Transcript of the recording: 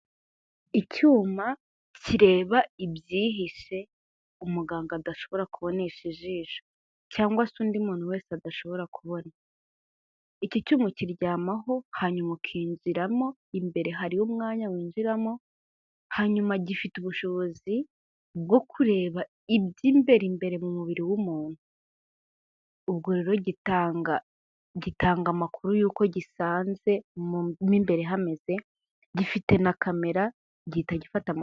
Icyuma kireba ibyihishe umuganga adashobora kubonesha ijisho, cyangwa se undi muntu wese adashobora kubona. Iki cyuma ukiryamaho, hanyuma ukinjiramo, imbere hariyo umwanya winjiramo, hanyuma gifite ubushobozi bwo kureba iby'imbere imbere mu mubiri w'umuntu. Ubwo rero gitanga amakuru y'uko gisanze mu mubiri hameze. Gifite na kamera gihita gifata amafoto.